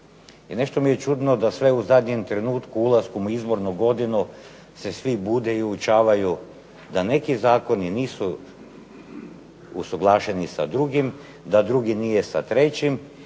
i nešto mi je čudno da sve u zadnjem trenutku ulasku u izbornu godinu se svi bude i uočavaju da neki zakoni nisu usuglašeni sa drugim, da drugi nije sa trećim,